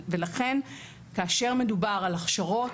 ולכן כאשר מדובר על הכשרות,